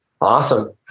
Awesome